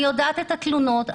אני יודעת את התלונות.